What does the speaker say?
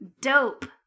dope